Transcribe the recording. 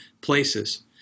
places